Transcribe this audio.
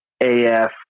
AF